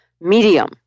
medium